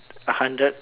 a hundred